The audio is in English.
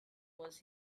was